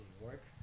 work